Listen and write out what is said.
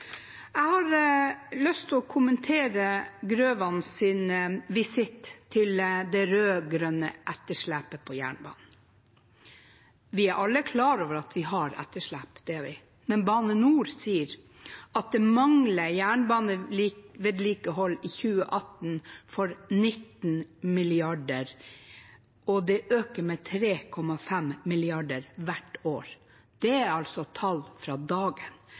Jeg har lyst til å kommentere Grøvans visitt til det rød-grønne etterslepet på jernbanen. Vi er alle klar over at vi har etterslep, det er vi, men Bane NOR sier at det i 2018 mangler jernbanevedlikehold for 19 mrd. kr, og det øker med 3,5 mrd. kr hvert år. Det er altså dagens tall.